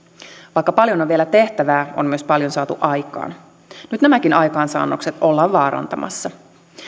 vaikka paljon on vielä tehtävää on myös paljon saatu aikaan nyt nämäkin aikaansaannokset ollaan vaarantamassa